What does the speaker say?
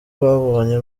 babonye